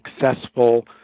successful